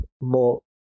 more